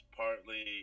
partly